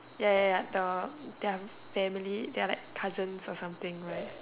ya ya ya the the family they are like cousins or something right